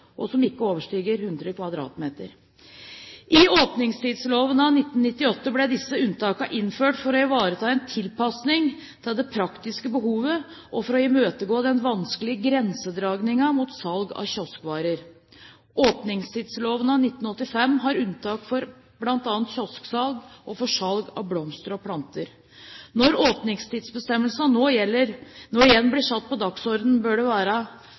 og som ikke overstiger 100 m2. I åpningstidsloven av 1998 ble disse unntakene innført for å foreta en tilpasning til det praktiske behovet og for å imøtegå den vanskelige grensedragningen mot salg av kioskvarer. Åpningstidsloven av 1985 hadde unntak for bl.a. kiosksalg og for salg av blomster og planter. Når åpningstidsbestemmelsene nå igjen blir satt på dagsordenen, bør dette være med som et bakteppe. For å ivareta praktiske behov er det